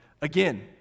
Again